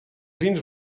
vins